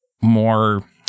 more